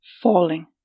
Falling